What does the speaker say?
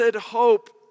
hope